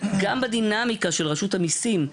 גם בדינאמיקה של רשות המיסים,